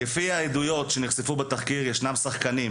לפי העדויות שנחשפו בתחקיר ישנן שחקנים,